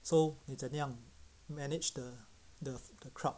so 你怎样 manage the the the crowd